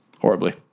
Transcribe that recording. horribly